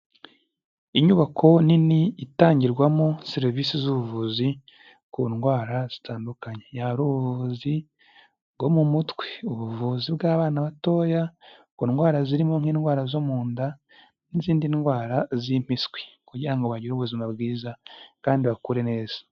Inyubako nini itangirwamo serivisi z'ubuvuzi ku ndwara zitandukanye, hari ubuvuzi bwo mu mutwe, ubuvuzi bw'abana batoya, ku ndwara zirimo nk'indwara zo mu nda n'izindi ndwara z'impiswi, kugira ngo bagire ubuzima bwiza kandi bakure neza.